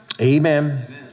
Amen